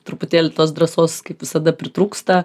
truputėlį tos drąsos kaip visada pritrūksta